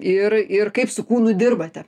ir ir kaip su kūnu dirbate